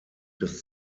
des